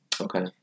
Okay